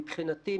מבחינתי,